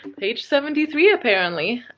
page seventy three apparently